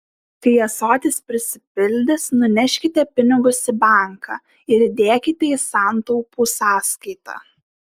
kai ąsotis prisipildys nuneškite pinigus į banką ir įdėkite į santaupų sąskaitą